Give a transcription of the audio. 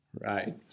right